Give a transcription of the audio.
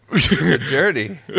Dirty